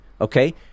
okay